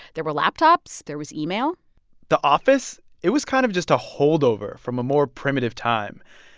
there were laptops. there was email the office, it was kind of just a holdover from a more primitive time.